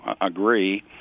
agree